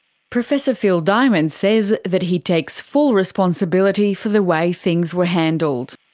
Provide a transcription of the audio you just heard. professor phil diamond says that he takes full responsibility for the way things were handled.